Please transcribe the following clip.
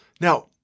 now